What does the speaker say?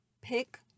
pick